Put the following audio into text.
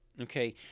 okay